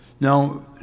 Now